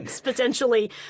potentially